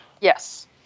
Yes